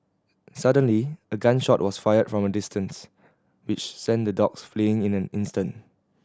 suddenly a gun shot was fired from a distance which sent the dogs fleeing in an instant